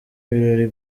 ibirori